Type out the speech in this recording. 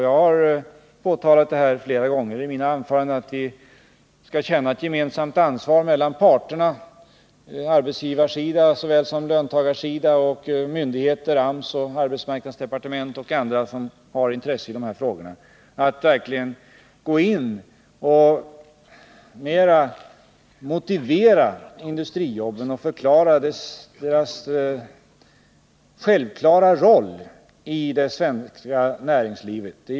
Jag har tidigare i flera anföranden framhållit att parterna bör känna ett gemensamt ansvar — arbetsgivarsidan såväl som löntagarsidan, AMS och arbetsmarknadsdepartementet och andra som har intresse för dessa frågor — att verkligen gå in och motivera industrijobben mera och förklara deras självklara roll i det svenska näringslivet.